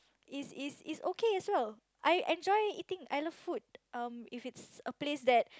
is is is okay as well I enjoy eating I love food um if it's a place that